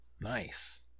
Nice